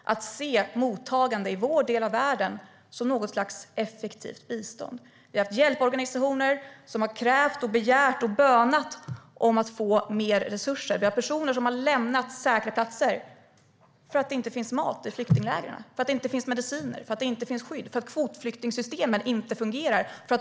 Man ser mottagande i vår del av världen som ett slags effektivt bistånd. Hjälporganisationer har krävt, begärt och bett och bönat om att få mer resurser. Det finns personer som har lämnat säkra platser för att det inte finns mat, mediciner eller skydd i flyktinglägren eller för att kvotflyktingsystemen inte fungerar.